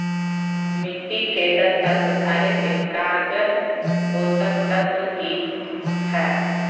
मिट्टी के दशा सुधारे के कारगर पोषक तत्व की है?